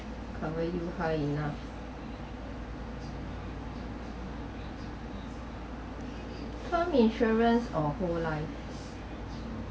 cover you high enough come insurance or whole life